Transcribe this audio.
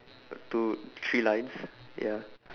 two three lines ya